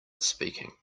speaking